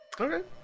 Okay